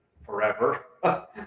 forever